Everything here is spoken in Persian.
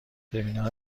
ترمینال